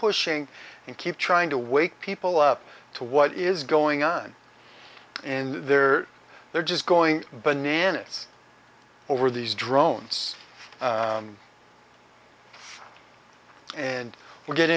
pushing and keep trying to wake people up to what is going on in there they're just going bananas over these drones and we're get